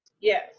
Yes